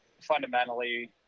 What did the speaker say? fundamentally